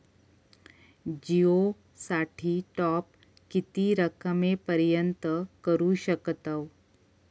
जिओ साठी टॉप किती रकमेपर्यंत करू शकतव?